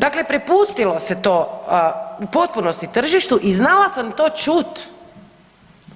Dakle, prepustilo se to u potpunosti tržištu i znala sam to čuti